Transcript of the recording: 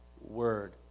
word